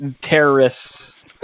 terrorists